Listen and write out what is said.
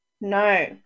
No